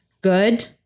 good